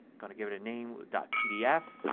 going to give it a name with dot pdf.